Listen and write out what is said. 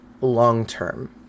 long-term